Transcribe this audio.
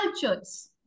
cultures